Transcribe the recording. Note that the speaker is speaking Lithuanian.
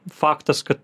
faktas kad